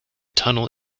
tunnel